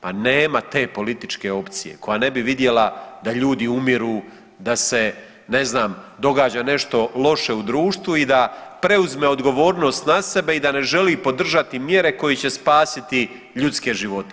Pa nema te političke opcije koja ne bi vidjela da ljudi umiru, da se ne znam događa nešto loše u društvu i da preuzme odgovornost na sebe i da ne želi podržati mjere koje će spasiti ljudske živote.